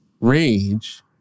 rage